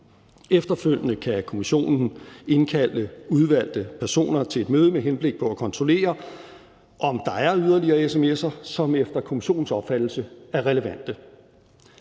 Efterfølgende kan kommissionen indkalde udvalgte personer til et møde med henblik på at kontrollere, om der er yderligere sms'er, som efter kommissionens opfattelse er relevante.